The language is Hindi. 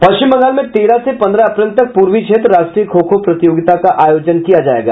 पश्चिम बंगाल में तेरह से पंद्रह अप्रैल तक पूर्वी क्षेत्र राष्ट्रीय खो खो प्रतियोगिता का अयोजन किया जायेगा